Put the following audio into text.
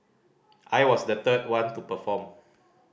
I was the third one to perform